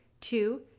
Two